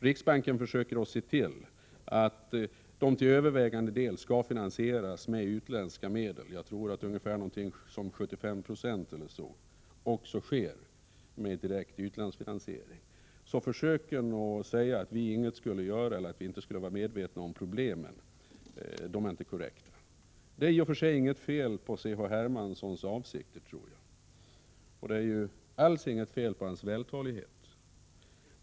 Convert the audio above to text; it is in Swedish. Riksbanken försöker se till att dessa till övervägande del finansieras med utländska medel — jag tror att så sker till ungefär 75 96. Påståendet att vi inget skulle göra eller att vi är omedvetna om problemen är alltså inte korrekt. Jag tror inte att det i och för sig är något fel på Carl-Henrik Hermanssons avsikter, och det är alls inget fel på hans vältalighet.